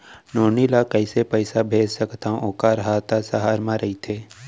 नोनी ल कइसे पइसा भेज सकथव वोकर हा त सहर म रइथे?